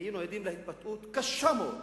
היינו עדים להתבטאות קשה מאוד